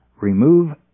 Remove